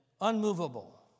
unmovable